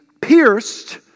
pierced